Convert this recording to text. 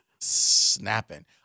snapping